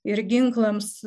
ir ginklams